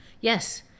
Yes